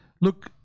look